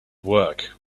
work